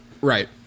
Right